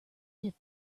dip